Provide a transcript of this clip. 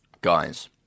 guys